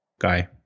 guy